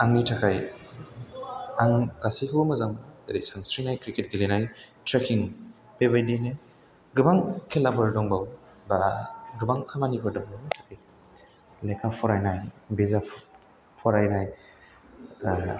आंनि थाखाय आंनि गासैखौबो मोजां जेरै सानस्रिनाय क्रिकेट गेलेनाय ट्रेकिं बेबादियैनो गोबां खेलाफोर दंबावो बा गोबां खामानिफोर दं लेखा फरायनाय बिजाब फरायनाय बा